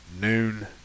noon